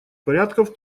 порядков